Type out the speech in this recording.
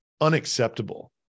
unacceptable